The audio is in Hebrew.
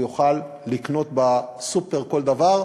הוא יוכל לקנות בסופר כל דבר,